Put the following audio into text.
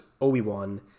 Obi-Wan